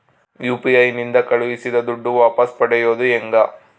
UPI ನಿಂದ ಕಳುಹಿಸಿದ ದುಡ್ಡು ವಾಪಸ್ ಪಡೆಯೋದು ಹೆಂಗ?